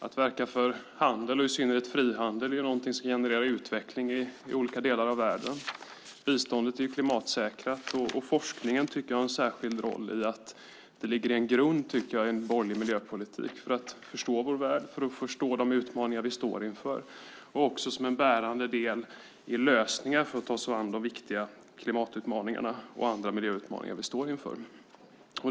Att verka för handel och i synnerhet för frihandel är någonting som genererar utveckling i olika delar av världen. Biståndet är klimatsäkrat, och forskningen har en särskild roll i att det lägger en grund för en borgerlig miljöpolitik när det gäller att förstå vår värld och förstå de utmaningar vi står inför och utgör en bärande del i lösningar för att ta sig an de viktiga klimatutmaningarna och andra miljöutmaningar vi står inför.